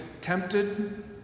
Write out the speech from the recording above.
tempted